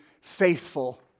faithful